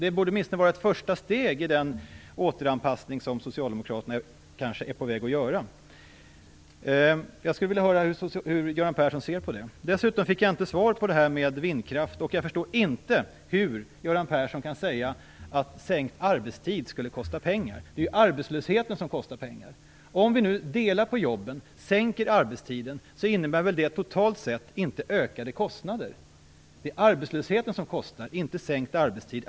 Åtminstone borde det vara ett första steg i den återanpassning som Socialdemokraterna kanske är på väg att göra. Hur ser Göran Persson på den saken? Jag fick inget svar beträffande vindkraften. Sedan förstår jag inte hur Göran Persson kan säga att sänkt arbetstid skulle kosta pengar. Det är arbetslösheten som kostar pengar. Om vi delar på jobben och sänker arbetstiden, innebär det väl totalt sett inte ökade kostnader. Det är, som sagt, arbetslösheten som kostar, inte en sänkt arbetstid.